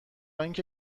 اینکه